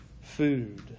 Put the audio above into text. food